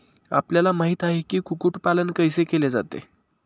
आपल्याला माहित आहे की, कुक्कुट पालन कैसे केले जाते?